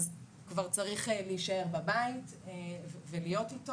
כבר צריך להישאר בבית ולהיות אתו.